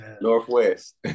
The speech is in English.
Northwest